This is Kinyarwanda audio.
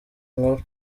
nkuru